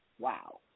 Wow